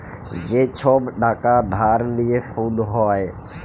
যে ছব টাকা ধার লিঁয়ে সুদ হ্যয়